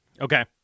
Okay